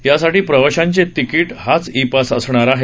यासाठी प्रवाशांचे तिकीट हाच इ पास असणार आहे